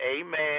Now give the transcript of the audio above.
Amen